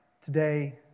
today